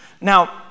Now